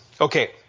Okay